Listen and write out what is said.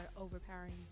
overpowering